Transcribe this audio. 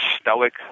stoic